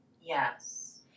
Yes